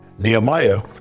Nehemiah